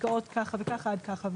פסקאות מפורטות וממוספרות.